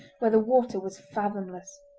where the water was fathomless.